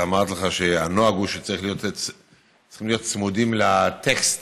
אמרתי לך שהנוהג הוא שצריכים להיות צמודים לטקסט.